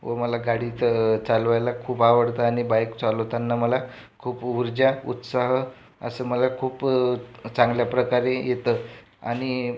व मला गाडी चालवायला खूप आवडतं आणि बाइक चालवताना मला खूप ऊर्जा उत्साह असं मला खूप चांगल्याप्रकारे येतं आणि